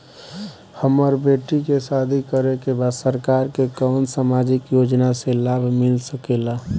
हमर बेटी के शादी करे के बा सरकार के कवन सामाजिक योजना से लाभ मिल सके ला?